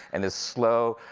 and this slow,